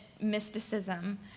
mysticism